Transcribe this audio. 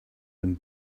them